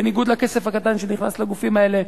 בניגוד לכסף הקטן שנכנס לגופים האלה.